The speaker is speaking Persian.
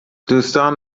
دوستان